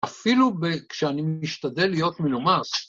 אפילו כשאני משתדל להיות מנומס,